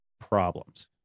problems